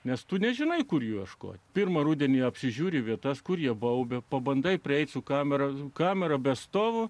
nes tu nežinai kur ieškoti pirmą rudenį apsižiūri vietas kur jie baubia pabandai prieiti su kameros kamera be stovo